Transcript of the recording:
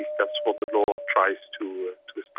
that's what the law tries to